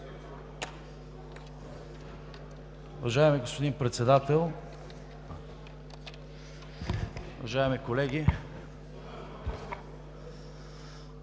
Уважаеми господин Председател, уважаеми дами